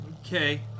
Okay